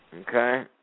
Okay